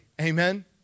Amen